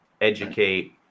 educate